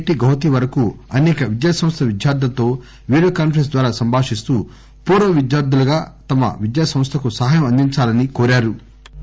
T Guwahati వరకు అసేక విద్యా సంస్థల విద్యార్థులతో వీడియో కాన్పరెస్ప్ ద్వారా సంభాషిస్తూ పూర్వ విద్యార్ధులుగా తమ విద్యా సంస్థకు సహాయం అందించాలని కోరారు